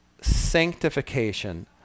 sanctification